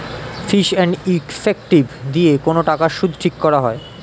fees and effective দিয়ে কোন টাকার সুদ ঠিক করা হয়